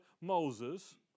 Moses